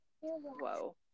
whoa